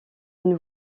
une